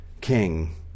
king